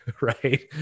right